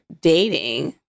dating